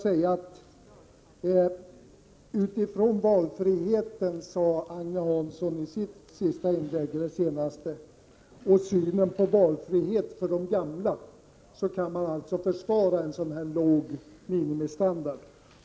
Agne Hansson sade i sitt senaste inlägg att man med tanke på valfriheten kan försvara en låg minimistandard.